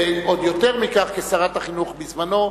ועוד יותר מכך כשרת החינוך בזמנו,